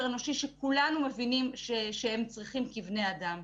אנושי שכולנו מבינים שהם צריכים כבני אדם.